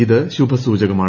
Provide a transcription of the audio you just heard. ഇത് ശുഭസൂചകമാണ്